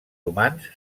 humans